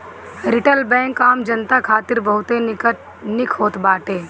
retail bank आम जनता खातिर बहुते निक होत बाटे